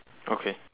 okay